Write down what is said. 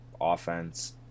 Offense